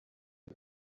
the